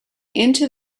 into